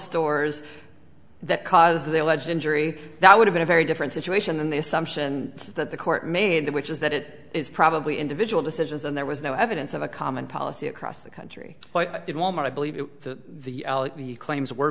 stores that cause they allege injury that would have been very different situation than the assumption that the court made which is that it is probably individual decisions and there was no evidence of a common policy across the country why did wal mart i believe the the the claims were